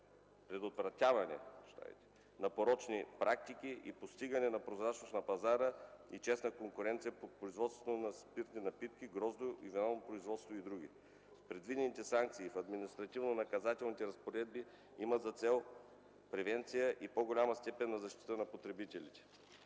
предотвратяване на порочни практики и постигане на прозрачност на пазара и честна конкуренция при производството на спиртни напитки, гроздо- и винопроизводството и други. Предвидените санкции в Административнонаказателните разпоредби имат за цел превенция и по-голяма степен на защита на потребителите.